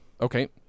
Okay